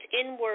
inward